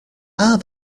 are